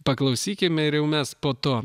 paklausykime ir jau mes po to